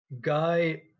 guy